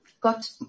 got